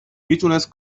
میتونست